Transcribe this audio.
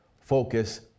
focus